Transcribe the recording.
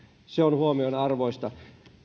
se on huomionarvoista